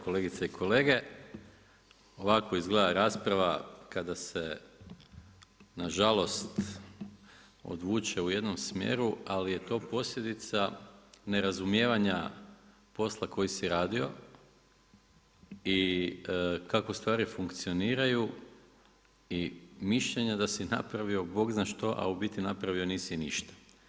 Kolegice i kolege, ovako izgleda rasprava kada se nažalost, odvuče u jednom smjeru, ali je to posljedica ne razumijevanja posla koji si radio i kako stvari funkcioniraju i mišljenja da si napravio bog zna što, a u biti napravio nisi ništa.